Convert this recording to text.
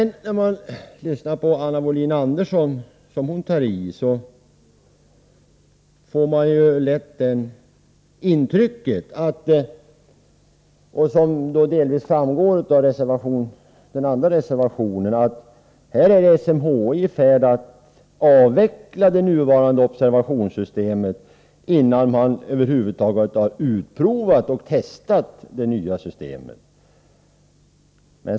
När man lyssnar på Anna Wohlin-Andersson och hör hur hon tar i får man lätt det intrycket — det får man också delvis av reservation 2 — att SMHI är i färd med att avveckla det nuvarande observationssystemet, innan SMHI över huvud taget har utprovat och testat det nya systemet.